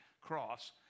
cross